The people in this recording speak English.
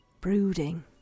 brooding